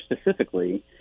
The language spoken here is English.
specifically